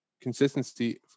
consistency